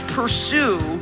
pursue